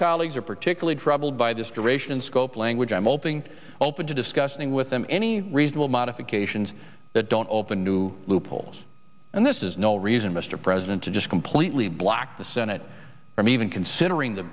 colleagues are particularly troubled by this in scope language i'm molting open to discussing with them any reasonable modifications that don't open new loopholes and this is no reason mr president to just completely block the senate from even considering the